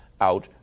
out